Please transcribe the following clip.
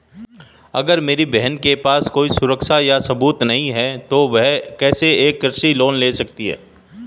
अगर मेरी बहन के पास कोई सुरक्षा या सबूत नहीं है, तो वह कैसे एक कृषि लोन ले सकती है?